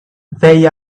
they